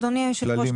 אדוני היושב ראש,